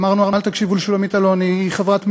אמרנו: אל תקשיבו לשולמית אלוני, היא חברת מרצ,